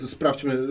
Sprawdźmy